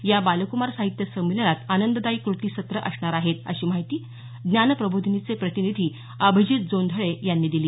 या बालकुमार साहित्य संमेलनात आनंददायी कृतीसत्र असणार आहेत अशी माहिती ज्ञान प्रबोधिनीचे प्रतिनिधी अभिजीत जोंधळे यांनी दिली